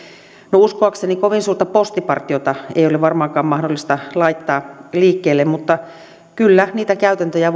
uskoakseni kovin suurta postipartiota ei ole varmaankaan mahdollista laittaa liikkeelle mutta kyllä voidaan etsiä niitä käytäntöjä